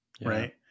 Right